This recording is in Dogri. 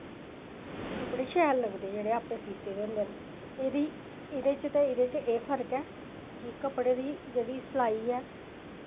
कपड़े शैल लगदे जेह्ड़े आपै सीते दे होंदे न एह्दे च ते एह्दे च एह् फर्क ऐ कि कपड़े दी जेह्ड़ी सलाई ऐ